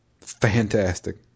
Fantastic